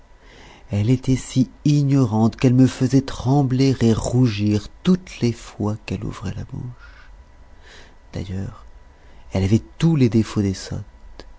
elle était si ignorante qu'elle me faisait trembler et rougir toutes les fois qu'elle ouvrait la bouche d'ailleurs elle avait tous les défauts des sottes